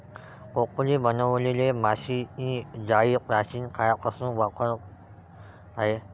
टोपली बनवलेली माशांची जाळी प्राचीन काळापासून वापरात आहे